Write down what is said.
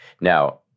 Now